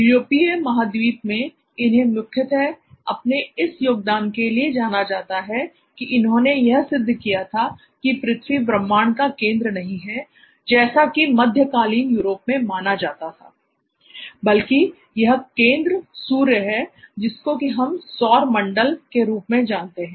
यूरोपीय महाद्वीप में इन्हें मुख्यतः अपने इस योगदान के लिए जाना जाता है कि इन्होंने यह सिद्ध किया था कि पृथ्वी ब्रह्मांड का केंद्र नहीं है जैसा कि मध्यकालीन यूरोप में माना जाता था बल्कि यह केंद्र सूर्य है जिसको कि हम सौर मंडल केंद्र के रूप में जानते हैं